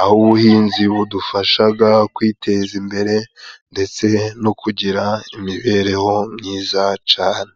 aho ubuhinzi budufashaga kwiteza imbere ndetse no kugira imibereho myiza cane.